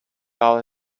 out